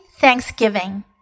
Thanksgiving